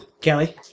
Kelly